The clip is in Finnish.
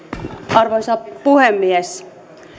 arvoisa puhemies